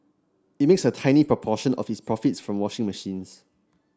it makes a tiny proportion of its profits from washing machines